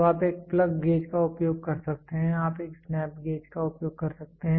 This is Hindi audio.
तो आप एक प्लग गेज का उपयोग कर सकते हैं आप एक स्नैप गेज का उपयोग कर सकते हैं